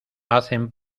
hacen